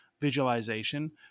visualization